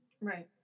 Right